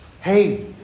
Hey